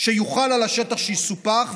שיוחל על השטח שיסופח,